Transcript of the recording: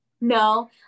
no